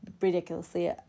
ridiculously